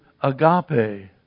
agape